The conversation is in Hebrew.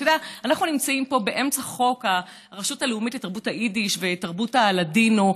אנחנו נמצאים פה באמצע חוק הרשות הלאומית לתרבות היידיש ותרבות הלדינו.